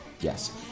yes